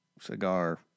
cigar